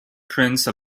prince